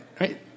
Right